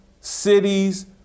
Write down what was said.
cities